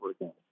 again